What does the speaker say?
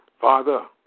Father